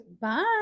Bye